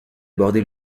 abordé